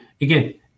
again